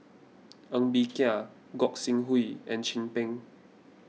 Ng Bee Kia Gog Sing Hooi and Chin Peng